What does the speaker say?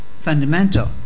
fundamental